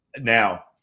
now